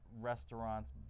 restaurants